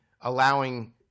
allowing